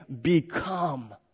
become